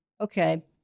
okay